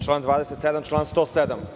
Član 27, član 107.